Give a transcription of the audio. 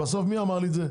אתה יודע מי אמר לי את זה?